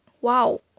Wow